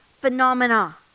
phenomena